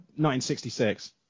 1966